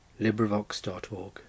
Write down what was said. LibriVox.org